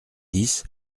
dix